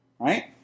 Right